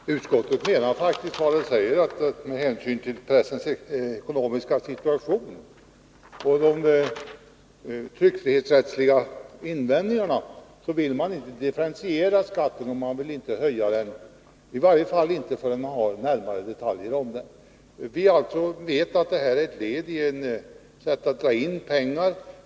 Herr talman! Utskottet menar faktiskt vad det säger, nämligen att med hänsyn till pressens ekonomiska situation och med hänsyn till de tryckfrihetsrättsliga invändningarna vill man inte differentiera skatten och inte höja den, i varje fall inte förrän man har närmare detaljer. Vi vet att det här är ett sätt att dra in pengar.